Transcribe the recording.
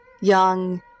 young